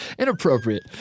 inappropriate